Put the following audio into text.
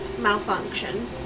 malfunction